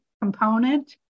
component